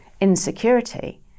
insecurity